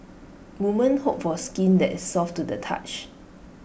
women hope for skin that is soft to the touch